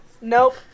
nope